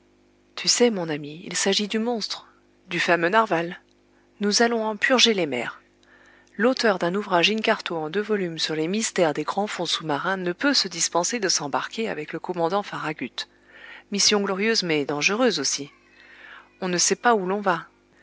tu sais mon ami il s'agit du monstre du fameux narwal nous allons en purger les mers l'auteur d'un ouvrage in-quarto en deux volumes sur les mystères des grands fonds sous-marins ne peut se dispenser de s'embarquer avec le commandant farragut mission glorieuse mais dangereuse aussi on ne sait pas où l'on va